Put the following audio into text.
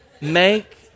Make